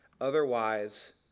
otherwise